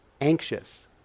anxious